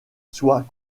soient